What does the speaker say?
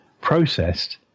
processed